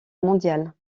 mondiale